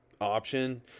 option